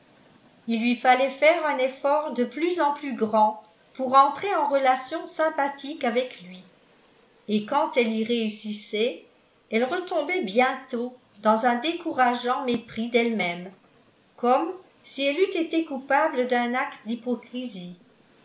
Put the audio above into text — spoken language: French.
il lui fallait faire un effort de plus en plus grand pour entrer en relation sympathique avec lui et quand elle y réussissait elle retombait bientôt dans un décourageant mépris d'elle-même comme si elle eût été coupable d'un acte d'hypocrisie